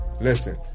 Listen